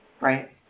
Right